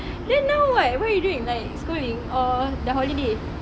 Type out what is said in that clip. then now what what you doing like schooling or dah holiday